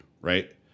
right